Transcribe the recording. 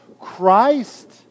Christ